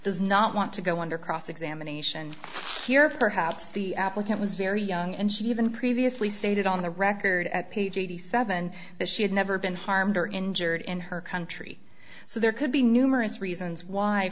does not want to go under cross examination here perhaps the applicant was very young and she even previously stated on the record at page eighty seven that she had never been harmed or injured in her country so there could be numerous reasons why